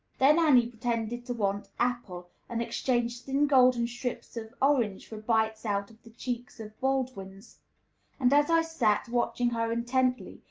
then annie pretended to want apple, and exchanged thin golden strips of orange for bites out of the cheeks of baldwins and, as i sat watching her intently,